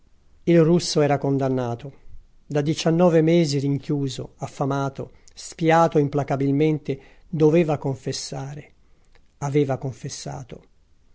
il russo era condannato da diciannove mesi rinchiuso affamato spiato implacabilmente doveva confessare aveva confessato